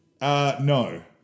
No